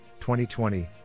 2020